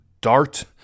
dart